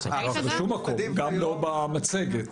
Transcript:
גם לא במצגת.